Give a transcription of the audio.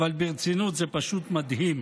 אבל ברצינות, זה פשוט מדהים.